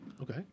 Okay